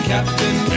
Captain